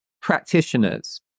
practitioners